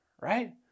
right